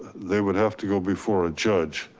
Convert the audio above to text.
they would have to go before a judge.